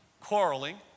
quarreling